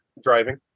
driving